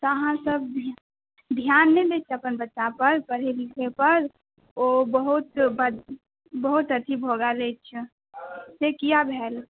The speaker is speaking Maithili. तऽ अहाँसब धिआन नहि दै छिए अपन बच्चापर पढ़ै लिखैपर ओ बहुत बहुत अथी भऽ गेल अछि से किएक भेल